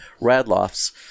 Radloff's